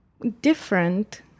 different